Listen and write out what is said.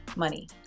money